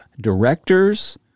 directors